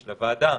של הוועדה,